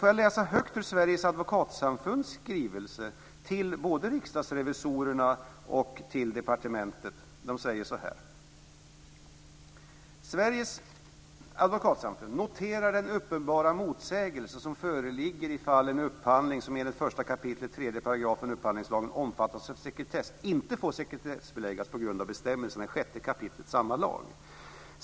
Får jag läsa högt ur Sveriges advokatsamfunds skrivelse till både riksdagsrevisorerna och departementet. Man säger så här: "Sveriges advokatsamfund noterar den uppenbara motsägelse som föreligger i fall en upphandling som enligt 1 kap. 3 § upphandlingslagen omfattas av sekretess inte får sekretessbeläggas på grund av bestämmelserna i 6 kap. samma lag.